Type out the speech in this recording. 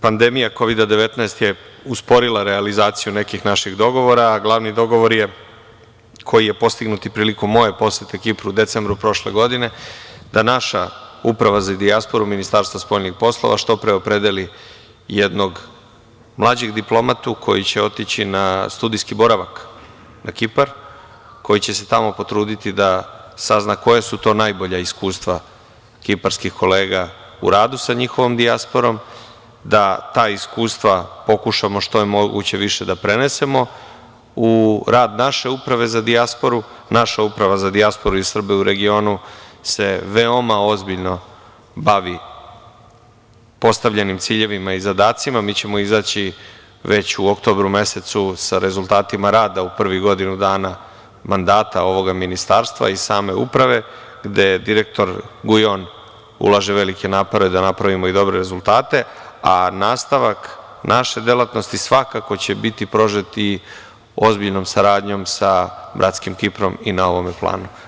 Pandemija Kovida 19, je usporila realizaciju nekih naših dogovora, a glavni dogovor koji je postignut prilikom moje posete Kipru, u decembru prošle godine, da naša uprava za dijasporu Ministarstva za spoljne poslove, što pre opredeli jednog mlađeg diplomatu koji će otići na studijski boravak, na Kipar, koji će se tamo potruditi da sazna koje su to najbolja iskustva kiparskih kolega u radu sa njihovom dijasporom, da ta iskustva, pokušamo što je više moguće da prenesemo, u rad naše uprave za dijasporu i naša uprava za dijasporu i Srbe u regionu, se veoma ozbiljno bavi postavljenim ciljevima i zadacima i mi ćemo izaći već u oktobru mesecu sa rezultatima rada u prvih godinu dana mandata ovog Ministarstva i same uprave, gde direktor Gujon, ulaže velike napore da napravimo i dobre rezultate, a nastavak naše delatnosti svakako će biti prožet i ozbiljnom saradnjom sa bratskim Kiprom i na ovom planu.